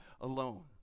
alone